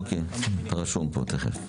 אוקיי, אתה רשום פה, תכף.